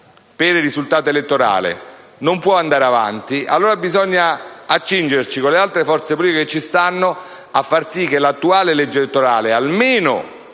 per il risultato elettorale, non può andare avanti, bisogna accingersi, con le altre forze politiche che ci stanno, a far sì che l'attuale legge elettorale, almeno